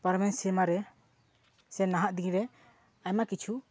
ᱯᱟᱨᱚᱢᱮᱱ ᱥᱮᱨᱢᱟ ᱨᱮ ᱥᱮ ᱱᱟᱦᱟᱜ ᱫᱤᱱ ᱨᱮ ᱟᱭᱢᱟ ᱠᱤᱪᱷᱩ